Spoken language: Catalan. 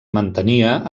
mantenia